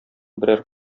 берәр